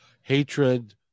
hatred